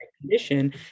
condition